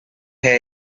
her